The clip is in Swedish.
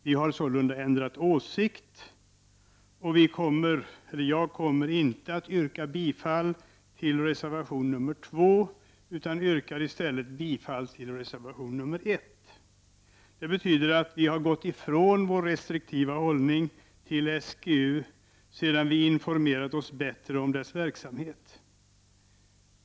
Vi har sålunda ändrat åsikt, och jag kommer inte att yrka bifall till reservation 2 utan yrkar i stället bifall till reservation 1. Det betyder att vi i miljöpartiet har gått ifrån vår restriktiva hållning när det gäller SGU sedan vi har informerat oss bättre om dess verksamhet.